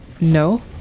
No